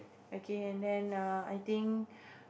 okay and then err I think